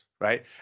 right